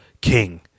king